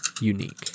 unique